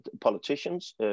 politicians